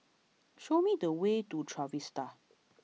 show me the way to Trevista